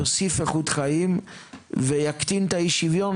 יוסיף איכות חיים ויקטין את אי השוויון